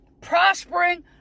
prospering